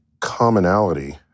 commonality